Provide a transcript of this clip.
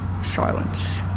silence